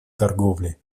торговли